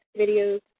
videos